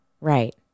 Right